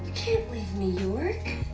leave new york!